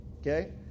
Okay